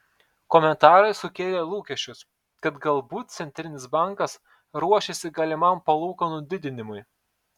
komentarai sukėlė lūkesčius kad galbūt centrinis bankas ruošiasi galimam palūkanų didinimui